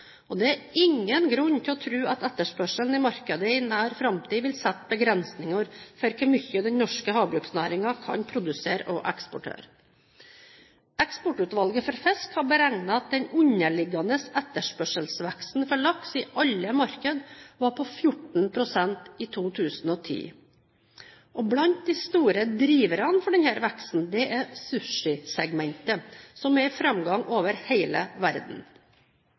Det er ingen grunn til å tro at etterspørselen i markedet i nær framtid vil sette begrensninger for hvor mye den norske havbruksnæringen kan produsere og eksportere. Eksportutvalget for fisk har beregnet at den underliggende etterspørselsveksten for laks i alle markeder var på 14 pst. i 2010. Blant de store driverne for denne veksten er sushi-segmentet, som er i framgang over hele verden.